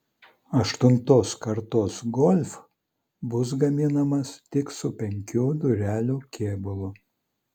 aštuntos kartos golf bus gaminamas tik su penkių durelių kėbulu